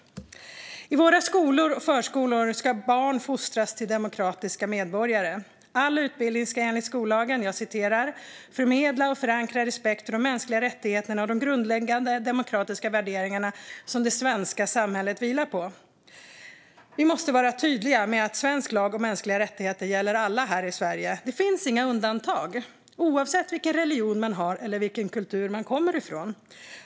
I våra skolor och förskolor ska barn fostras till demokratiska medborgare, och all utbildning ska enligt skollagen "förmedla och förankra respekt för de mänskliga rättigheterna och de grundläggande demokratiska värderingar som det svenska samhället vilar på". Vi måste vara tydliga med att svensk lag och mänskliga rättigheter gäller alla här i Sverige. Det finns inga undantag, oavsett vilken religion man har eller vilken kultur man kommer ifrån.